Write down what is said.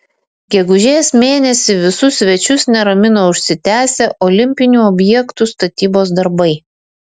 gegužės mėnesį visus svečius neramino užsitęsę olimpinių objektų statybos darbai